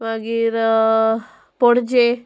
मागीर पणजे